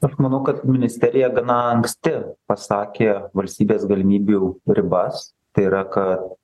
aš manau kad ministerija gana anksti pasakė valstybės galimybių ribas tai yra kad